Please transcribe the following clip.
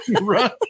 Right